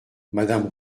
madame